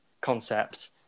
concept